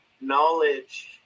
knowledge